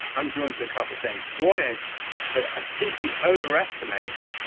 i'm drawn to a couple of things. one is that i think we overestimate